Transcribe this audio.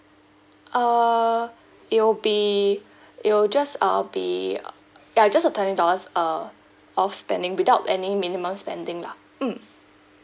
err it'll be it'll just uh be ya just a twenty dollars uh off spending without any minimum spending lah mm